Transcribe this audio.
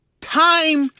time